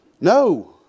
No